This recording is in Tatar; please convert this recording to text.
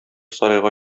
сарайга